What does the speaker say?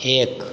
एक